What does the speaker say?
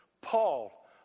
Paul